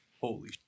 holy